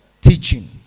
Teaching